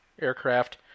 aircraft